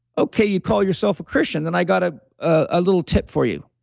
okay, you call yourself a christian. then i got ah a little tip for you.